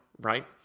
right